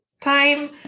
time